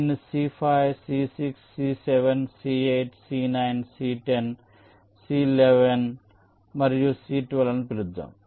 దీనిని C5 C6 C7 C8 C9 C10 C11 మరియు C12 అని పిలుద్దాం